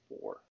four